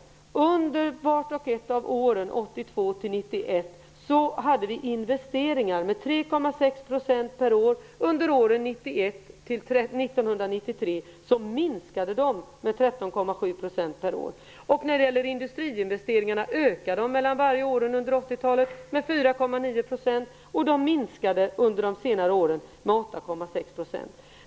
Mellan åren 1982 och 1991 ökade investeringarna med 3,6 % per år. Under åren 1991--1993 minskade de med 13,7 % per år. Industriinvesteringarna ökade varje år under 80-talet med 4,9 %, och de minskade under de senare åren med 8,6 %.